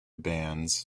bands